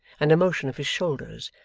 and a motion of his shoulders,